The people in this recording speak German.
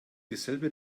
dieselbe